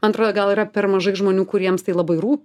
antra gal yra per mažai žmonių kuriems tai labai rūpi